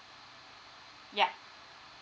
yeah